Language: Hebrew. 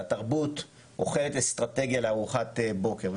התרבות אוכלת אסטרטגיה לארוחת בוקר.